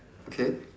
okay